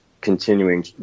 continuing